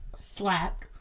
slapped